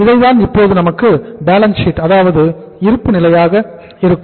இதுதான் இப்போது நமக்கு பேலன்ஸ் சீட் அதாவது இருப்பு நிலையாக இருக்கும்